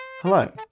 Hello